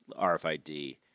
RFID